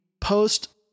post